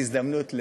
אולי זאת הזדמנות,